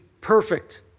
perfect